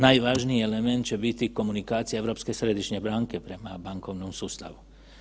Najvažniji element će biti komunikacije Europske središnje banke prema bankovnom sustavu.